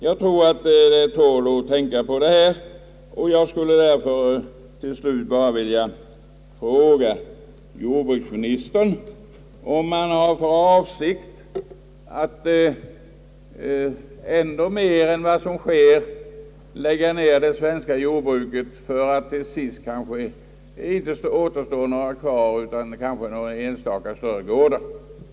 Jag tror att detta tål att tänka på, och därför skulle jag till slut bara vilja fråga jordbruksministern, om han har för avsikt att mer än vad som hittills skett lägga ner svenska jordbruk så att det till sist kanske återstår bara några enstaka större gårdar.